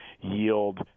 yield